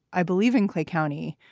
i believe in clay county,